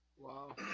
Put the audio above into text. Wow